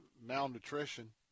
malnutrition